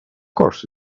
course